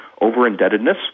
over-indebtedness